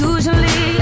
Usually